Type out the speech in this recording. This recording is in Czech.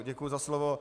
Děkuju za slovo.